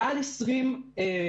זה מעל 20 מטרות